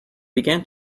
began